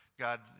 God